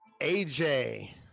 AJ